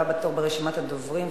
הבא בתור ברשימת הדוברים,